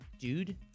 dude